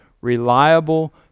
reliable